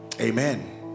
amen